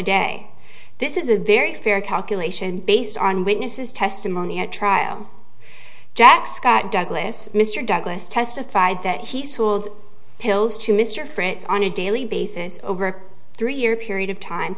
day this is a very fair calculation based on witnesses testimony at trial jack scott douglas mr douglas testified that he sold pills to mr frantz on a daily basis over a three year period of time